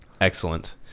Excellent